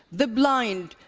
the blind,